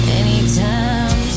anytime